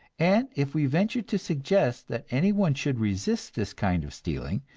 and if we venture to suggest that anyone should resist this kind of stealing,